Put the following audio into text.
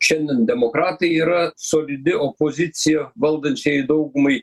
šiandien demokratai yra solidi opozicija valdančiajai daugumai